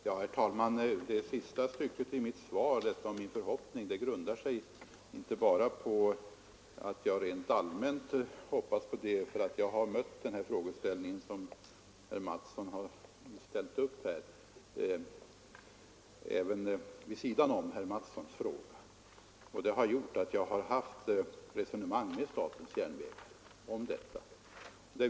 Herr talman! Det sista stycket i mitt svar, där jag talar om vad som är min förhoppning, grundar sig inte bara på att jag rent allmänt hoppas på en godtagbar lösning. Den frågeställning som herr Mattsson i Skec här har aktualiserat har jag nämligen mött även vid sidan om herr Mattssons fråga, och det har gjort att jag fört resonemang med statens järnvägar om denna sak.